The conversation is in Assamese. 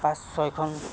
পাঁচ ছয়খন